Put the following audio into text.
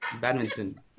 badminton